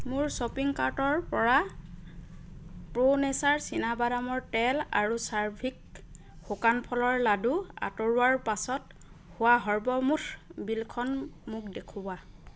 মোৰ শ্বপিং কাৰ্টৰপৰা pro nature চীনা বাদামৰ তেল আৰু চাৰ্ভিক শুকান ফলৰ লাড়ু আঁতৰোৱাৰ পাছত হোৱা সৰ্বমুঠ বিলখন মোক দেখুওৱা